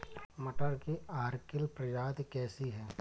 मटर की अर्किल प्रजाति कैसी है?